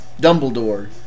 Dumbledore